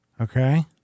okay